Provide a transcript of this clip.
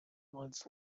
months